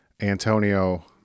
Antonio